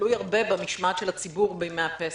תלוי הרבה במשמעת של הציבור בימי הפסח.